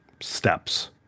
steps